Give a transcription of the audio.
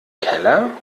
keller